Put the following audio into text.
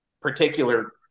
particular